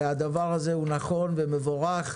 הדבר הזה הוא נכון ומבורך.